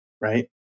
right